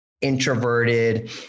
introverted